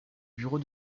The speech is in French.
bureau